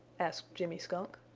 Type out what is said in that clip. asked jimmy skunk.